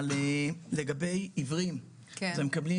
לגבי עיוורים, הם מקבלים